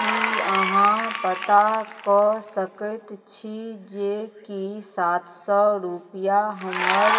की अहाँ पता कऽ सकैत छी जेकि सात सए रुपैआ हमर